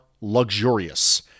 luxurious